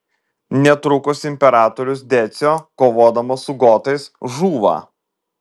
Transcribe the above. netrukus imperatorius decio kovodamas su gotais žūva